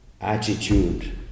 attitude